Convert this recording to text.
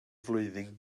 flwyddyn